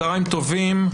צהריים טובים,